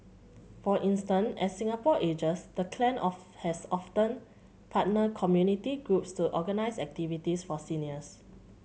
for instance as Singapore ages the clan of has often partnered community groups to organise activities for seniors